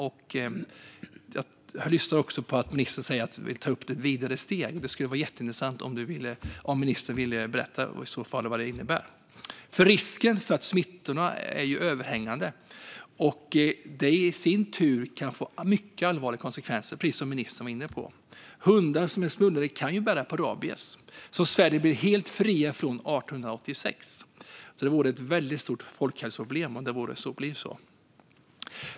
Jag hör också att ministern vill ta steg vidare. Det skulle vara jätteintressant om ministern ville berätta vad det innebär. Risken för smittor är överhängande. Det kan i sin tur få mycket allvarliga konsekvenser, precis som ministern var inne på. Hundar som är insmugglade kan bära på rabies, som Sverige blev helt fritt från 1886. Det vore ett stort folkhälsoproblem om det kom in.